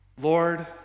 Lord